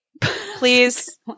please